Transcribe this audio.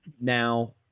now